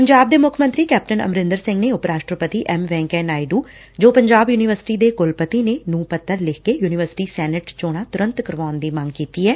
ਪੰਜਾਬ ਦੇ ਮੁੱਖ ਮੰਤਰੀ ਕੈਪਟਨ ਅਮਰਿੰਦਰ ਸਿੰਘ ਨੇ ਉਪ ਰਾਸ਼ਟਰਪਤੀ ਐਮ ਵੈਂਕਈਆ ਨਾਇਡੁ ਜੋ ਪੰਜਾਬ ਯੁਨੀਵਰਸਿਟੀ ਦੇ ਕੁਲਪਤੀ ਨੇ ਨੂੰ ਪੱਤਰ ਲਿਖ ਕੇ ਯੂਨੀਵਰਸਿਟੀ ਸੈਨੇਟ ਚੋਣਾ ਤੁਰੰਤ ਕਰਵਾਉਣ ਦੀ ਮੰਗ ਕੀਤੀ ਐ